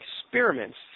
experiments